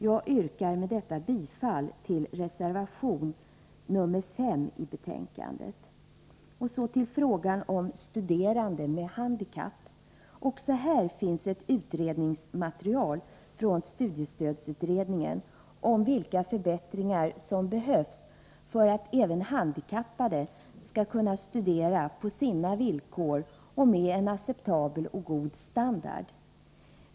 Jag yrkar med detta bifall till reservation nr 5 i betänkandet. Så till frågan om studerande med handikapp. Också här finns ett utredningsmaterial från studiestödsutredningen om vilka förbättringar som behövs för att även handikappade skall kunna studera på sina villkor och med en acceptabel och god standard.